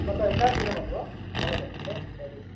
तपाईँको कहाँनिर भन्नुभयो मलाई भन्नुहोस् त तपाईँको